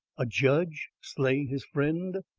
a judge slay his friend!